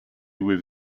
with